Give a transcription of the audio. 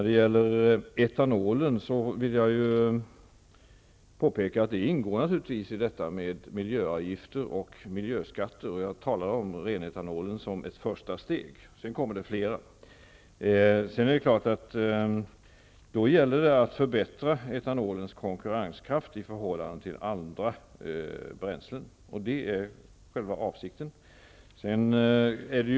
Jag vill påpeka att etanolen naturligtvis ingår i detta med miljöavgifter och miljöskatter. Jag talar om den rena etanolen som ett första steg. Sedan kommer det flera. Då gäller det att förbättra etanolens konkurrenskraft i förhållande till andra bränslen. Det är själva avsikten.